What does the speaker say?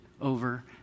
over